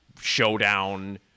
showdown